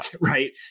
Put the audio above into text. right